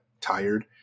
tired